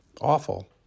awful